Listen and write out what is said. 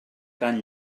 tan